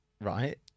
right